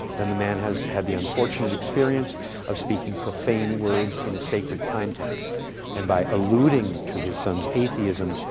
then, the man has had the unfortunate experience of speaking profane words in a sacred context and by alluding to his son's atheism,